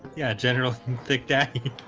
yeah general thick tacky,